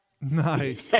Nice